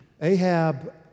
Ahab